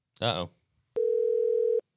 Uh-oh